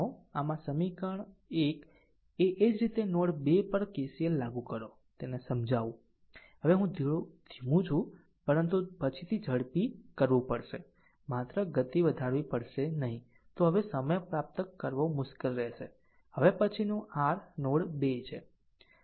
આમ આ r સમીકરણ 1 એ જ રીતે નોડ 2 પર KCL લાગુ કરો તેને સમજાવું હવે હું થોડો ધીમું છું પરંતુ પછીથી ઝડપી કરવું પડશે માત્ર ગતિ વધારવી પડશે નહીં તો હવે સમય પ્રાપ્ત કરવો મુશ્કેલ રહેશે હવે પછીનું r નોડ 2 છે